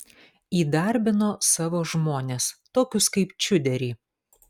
įdarbino savo žmones tokius kaip čiuderį